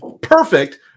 perfect